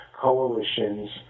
coalitions